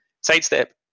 Sidestep